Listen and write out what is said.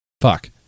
fuck